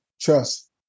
Trust